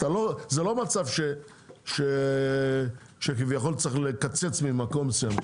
זה לא מצב שכביכול צריך לקצץ ממקום מסוים,